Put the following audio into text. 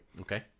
Okay